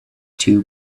two